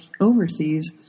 overseas